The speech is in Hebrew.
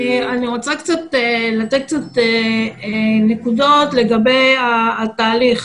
אני רוצה לתת קצת נקודות לגבי התהליך.